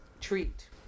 treat